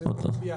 ביחד,